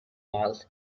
miles